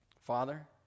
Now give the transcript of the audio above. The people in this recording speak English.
Father